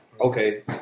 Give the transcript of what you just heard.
okay